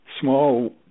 small